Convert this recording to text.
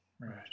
right